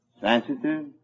sensitive